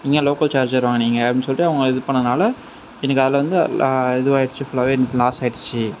நீங்கள் ஏன் local charger வாங்குனீங்க அப்படின் சொல்லிட்டு அவங்க இது பண்ணன்னாலே எனக்கு அதில் வந்து இதுவாயிடுச்சி ஃபுல்லாவே லாஸ் ஆகிடுச்சி